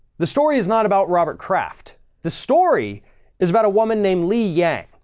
the story is not about robert craft. the story is about a woman named lee yang,